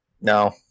No